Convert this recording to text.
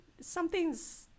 something's